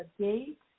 date